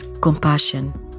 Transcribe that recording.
compassion